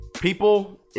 people